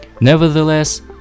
Nevertheless